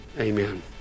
Amen